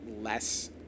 less